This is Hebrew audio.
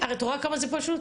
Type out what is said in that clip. את רואה כמה זה פשוט?